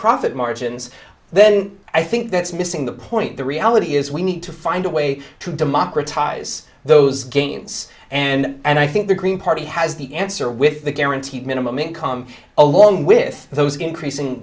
profit margins then i think that's missing the point the reality is we need to find a way to democratize those gains and i think the green party has the answer with the guaranteed minimum income along with those increasing